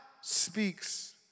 speaks